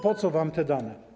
Po co wam te dane?